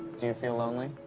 do you feel lonely?